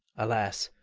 alas,